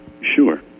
Sure